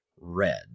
red